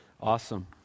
Awesome